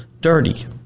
dirty